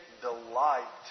delight